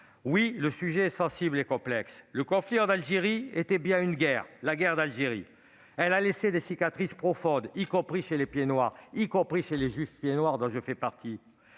le sujet est sensible et complexe. Le conflit en Algérie était bien une guerre. Elle a laissé des cicatrices profondes, y compris chez les pieds-noirs et chez les juifs pieds-noirs, dont je fais partie.